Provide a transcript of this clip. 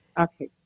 Okay